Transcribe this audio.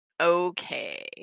okay